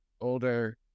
older